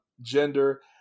gender